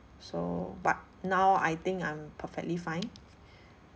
so but now I think I'm perfectly fine